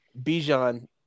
Bijan